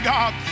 God